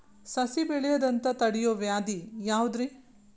ಸಸಿ ಬೆಳೆಯದಂತ ತಡಿಯೋ ವ್ಯಾಧಿ ಯಾವುದು ರಿ?